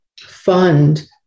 fund